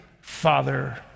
Father